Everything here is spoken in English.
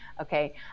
okay